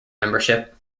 membership